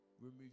remove